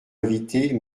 inviter